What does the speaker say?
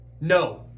No